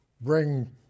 bring